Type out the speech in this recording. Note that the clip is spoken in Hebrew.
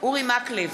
אורי מקלב,